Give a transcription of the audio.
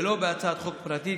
ולא בהצעת חוק פרטית,